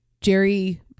Jerry